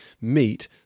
meet